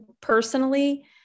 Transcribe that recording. personally